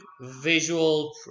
visual